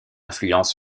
influence